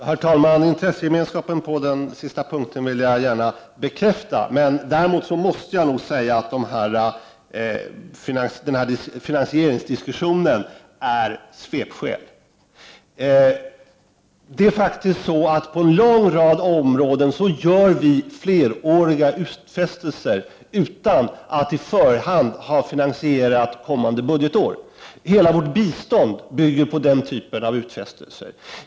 Herr talman! Intressegemenskapen på den sista punkten vill jag gärna bekräfta. Däremot måste jag säga att den här finansieringsdiskussionen är ett svepskäl. Det är faktiskt så att vi på en rad områden gör fleråriga utfästelser utan att på förhand ha finansierat dem kommande budgetår. Hela vårt bistånd bygger på den typen av utfästelser.